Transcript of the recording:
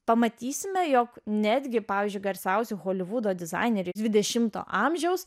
pamatysime jog netgi pavyzdžiui garsiausi holivudo dizaineriai dvidešimto amžiaus